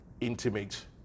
intimate